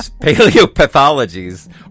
paleopathologies